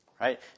Right